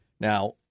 Now